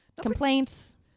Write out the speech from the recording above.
complaints